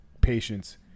patience